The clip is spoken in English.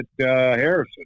Harrison